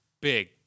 big